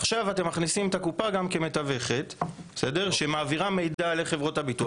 עכשיו אתם מכניסים את הקופה גם כמתווכת שמעבירה מידע לחברות הביטוח.